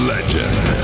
Legend